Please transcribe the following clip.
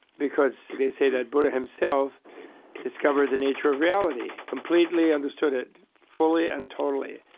because they say that buddha himself discovered the nature of reality, completely understood it fully and totally,